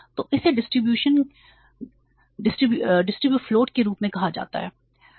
तो इसे डिसबर्समेंटफ्लोट के रूप में कहा जाता है